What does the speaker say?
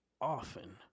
often